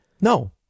No